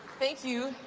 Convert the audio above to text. thank you,